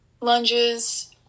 lunges